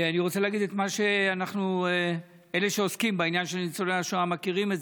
אני רוצה להגיד את מה שאלה שעוסקים בעניין של ניצולי השואה מכירים.